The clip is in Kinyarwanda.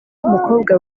umukobwa